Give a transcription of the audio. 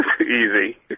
easy